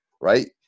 right